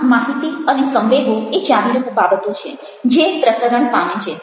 આમ માહિતી અને સંવેગો એ ચાવીરૂપ બાબતો છે જે પ્રસરણ પામે છે